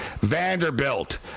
Vanderbilt